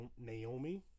Naomi